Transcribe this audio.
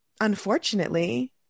unfortunately